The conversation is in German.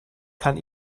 kann